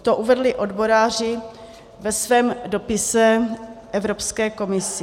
To uvedli odboráři ve svém dopise Evropské komisi.